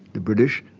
the british,